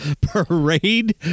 parade